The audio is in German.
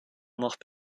macht